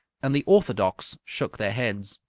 and the orthodox shook their heads.